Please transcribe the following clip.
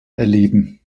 erleben